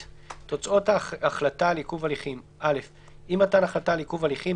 "תוצאות החלטה על עיכוב הליכים 319ט. (א)עם מתן החלטה על עיכוב הליכים,